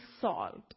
salt